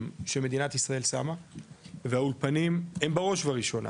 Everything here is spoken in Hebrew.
שמדינת ישראל שמה והאולפנים הם בראש ובראשונה,